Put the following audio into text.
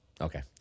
Okay